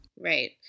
Right